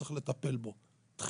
צריך לטפל בו תחילה,